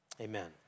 Amen